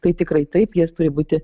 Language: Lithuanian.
tai tikrai taip jis turi būti